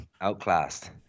Outclassed